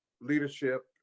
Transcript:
leadership